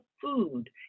food